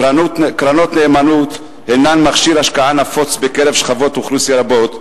קרנות נאמנות הינן מכשיר השקעה נפוץ בקרב שכבות אוכלוסייה רבות,